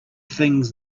things